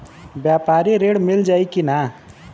व्यापारी ऋण मिल जाई कि ना?